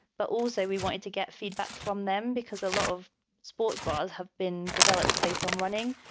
but also, we wanted to get feedback from them because a lot of sports balls have been developed based on running.